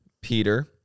Peter